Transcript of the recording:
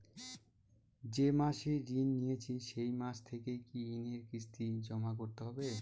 যে মাসে ঋণ নিয়েছি সেই মাস থেকেই কি ঋণের কিস্তি জমা করতে হবে?